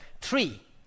Three